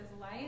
life